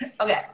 Okay